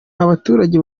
abaturage